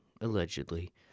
allegedly